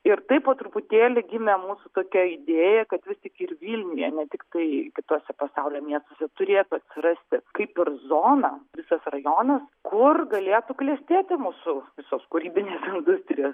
ir taip po truputėlį gimė mūsų tokia idėja kad vis tik ir vilniuje ne tiktai kituose pasaulio miestuose turėtų atsirasti kaip ir zona visas rajonas kur galėtų klestėti mūsų visos kūrybinės industrijos